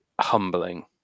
humbling